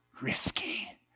risky